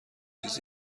چیز